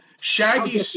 Shaggy